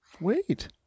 Wait